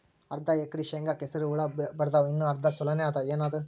ಅರ್ಧ ಎಕರಿ ಶೇಂಗಾಕ ಹಸರ ಹುಳ ಬಡದಾವ, ಇನ್ನಾ ಅರ್ಧ ಛೊಲೋನೆ ಅದ, ಏನದು?